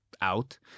out